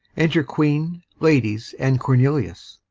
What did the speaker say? enter queen, ladies, and cornelius